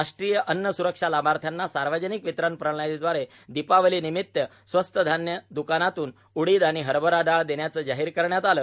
राष्ट्रीय अन्न स्रक्षा लाभार्थ्यांना सार्वजनिक वितरण प्रणालीद्वारे दीपावली निमित्त स्वस्त धान्य द्रकानातून उडीद आणि हरभरा दाळ देण्याचे जाहीर करण्यात आले